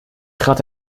trat